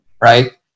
right